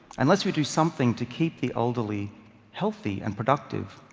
unless we do something to keep the elderly healthy and productive,